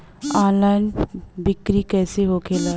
Online बिक्री कैसे होखेला?